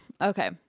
Okay